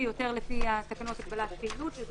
זו